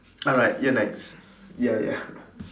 alright you're next ya ya